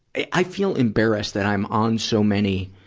i feel embarrassed that i'm on so many,